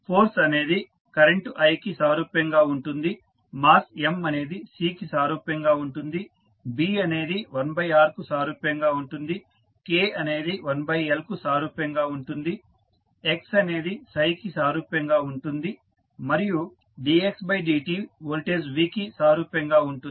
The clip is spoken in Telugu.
ఫోర్స్ అనేది కరెంటు i కి సారూప్యంగా ఉంటుంది మాస్ M అనేది C కి సారూప్యంగా ఉంటుంది B అనేది 1R కు సారూప్యంగా ఉంటుంది K అనేది 1L కు సారూప్యంగా ఉంటుంది x అనేది కి సారూప్యంగా ఉంటుంది మరియు dxdt వోల్టేజ్ V కి సారూప్యంగా ఉంటుంది